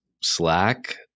Slack